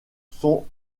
sont